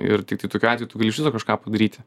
ir tiktai tokiu atveju tu gali iš viso kažką padaryti